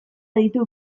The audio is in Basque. ditu